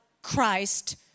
christ